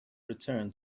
return